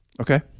Okay